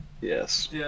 Yes